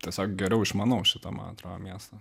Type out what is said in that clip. tiesiog geriau išmanau šitą man atrodo miestą